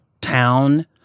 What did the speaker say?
town